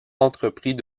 entreprit